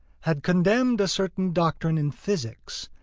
had condemned a certain doctrine in physics,